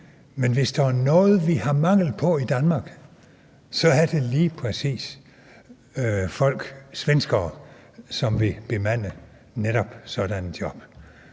Men hvis der er noget, vi har mangel på i Danmark, så er det lige præcis folk, svenskere, som vil bemande netop sådanne job.